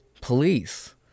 police